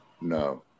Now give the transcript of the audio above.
No